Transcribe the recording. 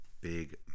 Big